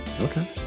Okay